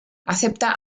acepta